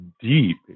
deep